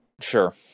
sure